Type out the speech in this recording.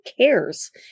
cares